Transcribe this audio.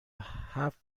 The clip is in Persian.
هفت